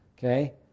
Okay